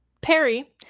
Perry